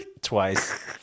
Twice